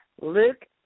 Luke